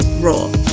Raw